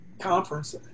conference